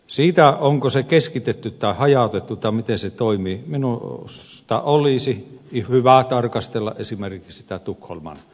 siinä onko se keskitetty vai hajautettu malli tai miten se toimii olisi minusta hyvä tarkastella esimerkiksi tukholman ratkaisua